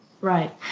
Right